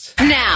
Now